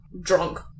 drunk